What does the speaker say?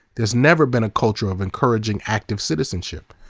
there's never been a culture of encouraging active citizenship.